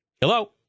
Hello